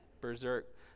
berserk